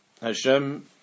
Hashem